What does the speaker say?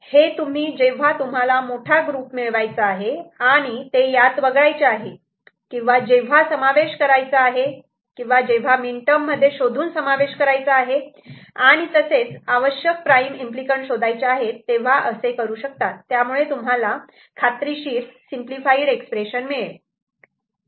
हे तुम्ही जेव्हा तुम्हाला मोठा ग्रुप मिळवायचा आहे आणि ते यात वगळायचे आहे जेव्हा समावेश करायचा आहे किंवा जेव्हा मीन टर्म मध्ये शोधून समावेश करायचा आहे आणि तसेच आवश्यक प्राईम इम्पली कँट शोधायचे आहेत तेव्हा असे करू शकतात त्यामुळे तुम्हाला खात्रीशीर सिंपलीफाइंड एक्स्प्रेशन मिळेल